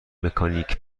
مکانیک